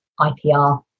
IPR